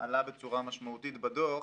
עלה בצורה משמעותית בדוח.